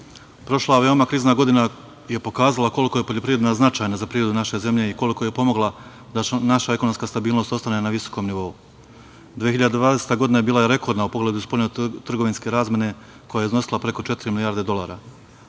prošla veoma krizna godina je pokazala koliko je poljoprivreda značajna za privredu naše zemlje i koliko je pomogla da naša ekonomska stabilnost ostane na visokom nivou. Godina 2020. bila je rekordna u pogledu spoljno-trgovinske razmene koja je iznosila preko četiri milijarde dolara.